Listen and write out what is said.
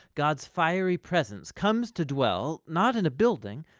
god's fiery presence comes to dwell, not in a building,